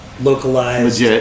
localized